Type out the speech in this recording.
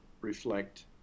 reflect